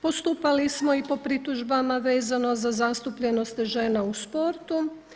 Postupali smo i po pritužbama vezano za zastupljenost žena u sportu.